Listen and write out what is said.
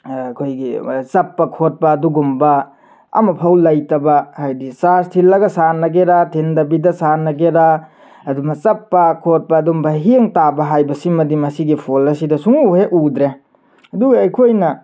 ꯑꯩꯈꯣꯏꯒꯤ ꯆꯞꯄ ꯈꯣꯠꯄ ꯑꯗꯨꯒꯨꯝꯕ ꯑꯃꯐꯥꯎ ꯂꯩꯇꯕ ꯍꯥꯏꯗꯤ ꯆꯥꯔꯖ ꯊꯤꯜꯂꯒ ꯁꯥꯟꯅꯒꯦꯔꯥ ꯊꯤꯟꯗꯕꯤꯕꯗ ꯁꯥꯟꯅꯒꯦꯔꯥ ꯑꯗꯨꯒ ꯆꯞꯄ ꯈꯣꯠꯄ ꯑꯗꯨꯒꯨꯝꯕ ꯍꯦꯡ ꯇꯥꯕ ꯍꯥꯏꯕꯁꯤꯃꯗꯤ ꯃꯁꯤꯒꯤ ꯐꯣꯟ ꯑꯁꯤꯗ ꯁꯨꯡꯎ ꯍꯦꯛ ꯎꯗ꯭ꯔꯦ ꯑꯗꯨꯒ ꯑꯩꯈꯣꯏꯅ